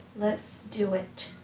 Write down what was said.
let's do it.